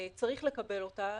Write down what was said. צריך לקבל אותה